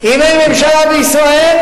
אם אין ממשלה בישראל,